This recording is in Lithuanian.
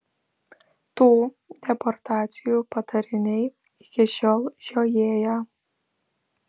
tų deportacijų padariniai iki šiol žiojėja